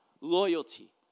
loyalty